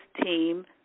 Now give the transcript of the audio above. team